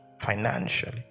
financially